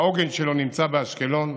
העוגן שלו נמצא באשקלון.